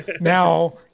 Now